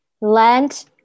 Lent